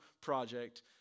project